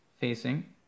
facing